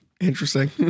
interesting